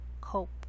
cope